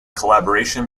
collaboration